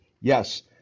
Yes